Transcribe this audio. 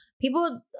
people